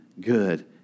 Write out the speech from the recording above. good